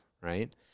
right